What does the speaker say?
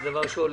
זה דבר שהולך